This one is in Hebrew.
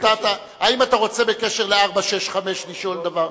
האם אתה רוצה בקשר ל-465 לשאול דבר?